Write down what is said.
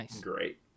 great